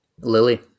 Lily